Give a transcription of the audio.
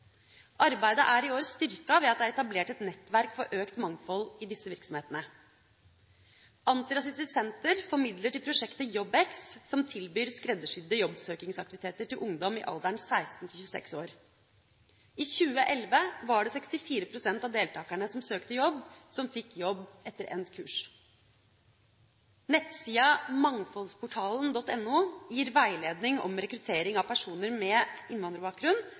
Arbeidet er i år styrket ved at det er etablert et nettverk for økt mangfold i disse virksomhetene. Antirasistisk Senter får midler til prosjektet JobbX, som tilbyr skreddersydde jobbsøkingsaktiviteter til ungdom i alderen 16–26 år. I 2011 var det 64 pst. av deltakerne som søkte jobb, som fikk jobb etter endt kurs. Nettsida mangfoldsportalen.no gir veiledning om rekruttering av personer med innvandrerbakgrunn,